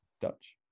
Dutch